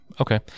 Okay